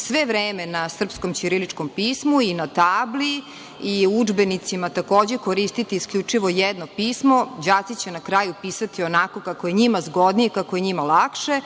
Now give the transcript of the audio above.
sve vreme na srpskom ćiriličnom pismu i na tabli i u udžbenicima takođe koristiti isključivo jedno pismo, đaci će na kraju pisati onako kako je njima zgodnije i kako je njima lakše,